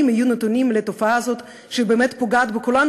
יהיו נתונים לתופעה הזאת שפוגעת בכולנו.